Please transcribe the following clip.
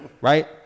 Right